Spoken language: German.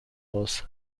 aus